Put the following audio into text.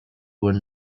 were